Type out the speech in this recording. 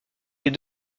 les